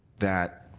that